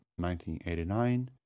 1989